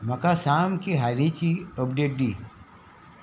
म्हाका सामकी हालींची अपडेट दी